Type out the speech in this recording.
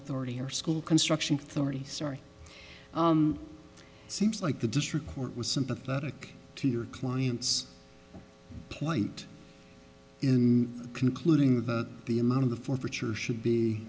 authority or school construction thirty sorry seems like the district court was sympathetic to your client's plight in concluding that the amount of the for richer should be